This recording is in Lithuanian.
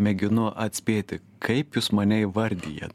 mėginu atspėti kaip jūs mane įvardijat